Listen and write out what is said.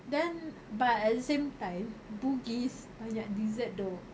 then but at the same time bugis banyak dessert though